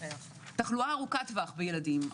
תחלואה ארוכת טווח בילדים.